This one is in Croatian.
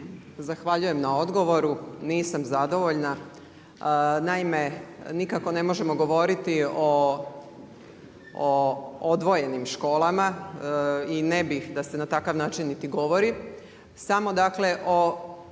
Zahvaljujem na odgovoru. Nisam zadovoljna. Naime, nikako ne možemo govoriti o odvojenim školama i ne bih da se na takav način i govori. Samo dakle o